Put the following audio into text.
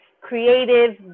creative